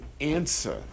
answer